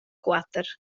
quatter